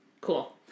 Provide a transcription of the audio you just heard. Cool